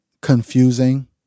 confusing